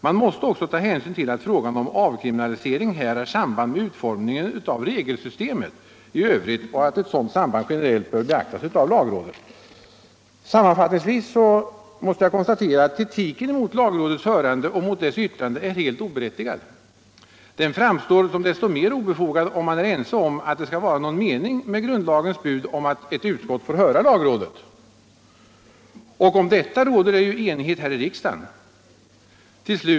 Man måste också ta hänsyn till att frågan om avkriminalisering har ett samband med utformningen av regelsystemet i övrigt och att ett sådant samband generellt bör beaktas av lagrådet. Sammanfattningsvis måste jag konstatera att kritiken mot lagrådets hörande och mot dess yttrande är helt oberättigad. Den framstår som desto mer obefogad om man är ense om att det skall vara någon mening med grundlagens bud om att ett utskott får höra lagrådet — och om detta råder det ju enighet här i riksdagen.